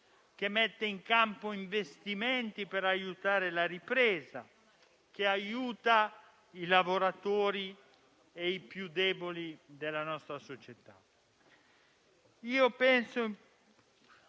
mette in campo investimenti per aiutare la ripresa; aiuta i lavoratori e i più deboli della nostra società.